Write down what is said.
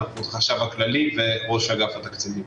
החשב הכללי וראש אגף התקציבים.